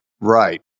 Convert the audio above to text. Right